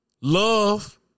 love